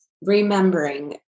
remembering